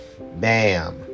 Bam